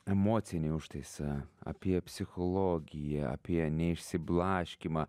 emocinį užtaisą apie psichologiją apie neišsiblaškymą